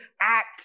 Act